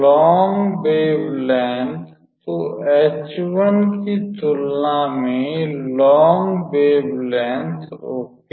long wave length तो h1 की तुलना में लॉन्ग वेव लेंथ ओके